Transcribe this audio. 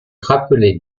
rappelé